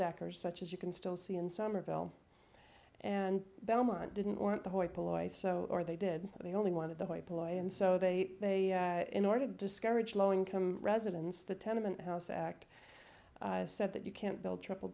decker such as you can still see in somerville and belmont didn't want the white boys so or they did the only one of the white boy and so they say in order to discourage low income residents the tenement house act said that you can't build triple